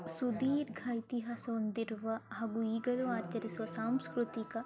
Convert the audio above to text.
ಸುದೀರ್ಘ ಇತಿಹಾಸ ಹೊಂದಿರುವ ಹಾಗೂ ಈಗಲೂ ಆಚರಿಸುವ ಸಾಂಸ್ಕೃತಿಕ